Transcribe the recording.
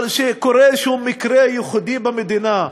כשקורה איזשהו מקרה ייחודי במדינה.